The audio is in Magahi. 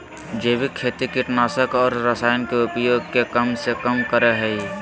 जैविक खेती कीटनाशक और रसायन के उपयोग के कम से कम करय हइ